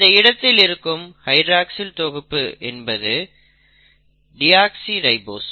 இந்த இடத்தில் இருக்கும் ஹைட்ராக்ஸில் தொகுப்பு என்பது டியோக்ஸிரைபோஸ்